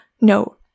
no